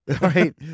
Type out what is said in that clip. right